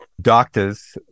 doctors